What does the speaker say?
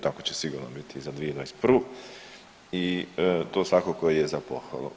Tako će sigurno biti i za 2021. i to svakako je za pohvalu.